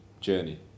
journey